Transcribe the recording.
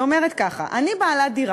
היא אומרת ככה: אני בעלת דירה,